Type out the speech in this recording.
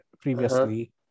previously